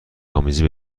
آمیزی